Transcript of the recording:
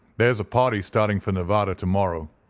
there's a party starting for nevada to-morrow,